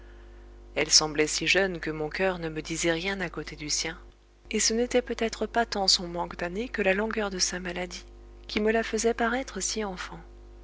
elle semblait si jeune que mon coeur ne me disait rien à côté du sien et ce n'était peut-être pas tant son manque d'années que la langueur de sa maladie qui me la faisait paraître si enfant